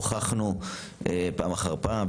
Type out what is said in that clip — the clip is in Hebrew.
הוכחנו פעם אחר פעם,